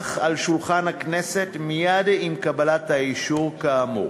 ויונח על שולחן הכנסת מייד עם קבלת האישור כאמור.